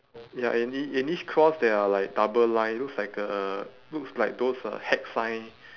ya and ea~ in each cross there are like double line looks like a looks like those uh hex sign